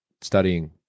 studying